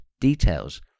details